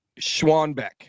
Schwanbeck